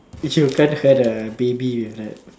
if you baby like that